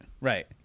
right